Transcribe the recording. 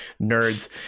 nerds